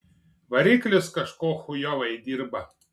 variklis kažko chujovai dirba